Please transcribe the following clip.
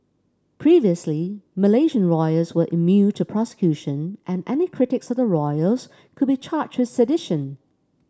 previously Malaysian royals were immune to prosecution and any critics of the royals could be charged with sedition